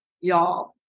y'all